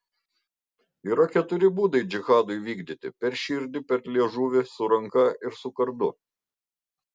yra keturi būdai džihadui vykdyti per širdį per liežuvį su ranka ir su kardu